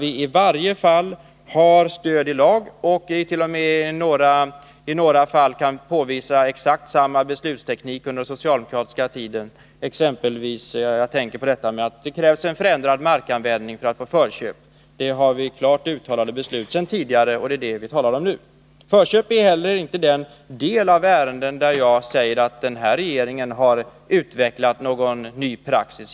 I varje fall har vi stöd av lagen, och i några fall kan vi också påvisa att det rör sig om exakt samma beslutsteknik som den som tillämpats under den socialdemokratiska tiden. Jag tänker på detta att det krävs en förändrad markanvändning för att få förköp. Här föreligger det redan tidigare klart uttalade beslut, och det är ju detta som vi talar om nu. Förköp ärinte heller något område där den här regeringen har utvecklat en ny praxis.